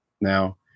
now